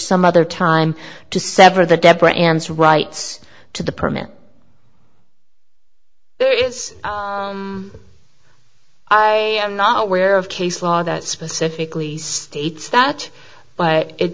some other term to sever the debra ans rights to the permit there is i am not aware of case law that specifically states that but it